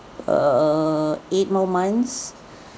err eight more months